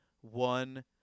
one